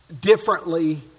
differently